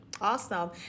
Awesome